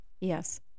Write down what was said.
Yes